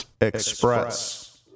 Express